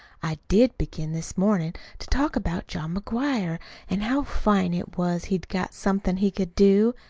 i did begin this mornin' to talk about john mcguire an' how fine it was he'd got somethin' he could do.